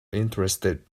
interested